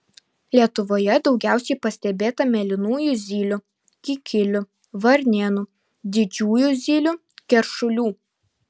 lietuvoje daugiausiai pastebėta mėlynųjų zylių kikilių varnėnų didžiųjų zylių keršulių